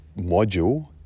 module